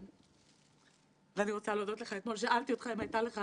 אני לא חושבת שהיה אי פעם דיון בכנסת שבו היה בינינו